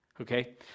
Okay